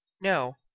No